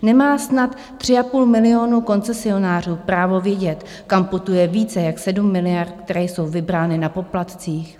Nemá snad 3,5 milionu koncesionářů právo vědět, kam putuje více jak sedm miliard, které jsou vybrány na poplatcích?